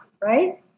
right